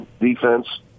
defense